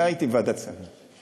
מתי הייתי בוועדת הכספים?